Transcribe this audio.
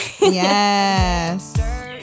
Yes